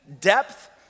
depth